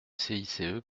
cice